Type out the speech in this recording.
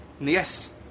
Yes